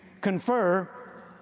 confer